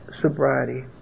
sobriety